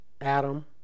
Adam